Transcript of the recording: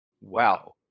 Wow